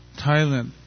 Thailand